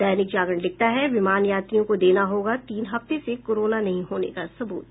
दैनिक जागरण लिखता है विमान यात्रियों को देना होगा तीन हफ्ते से कोरोना नहीं होने का सुबूत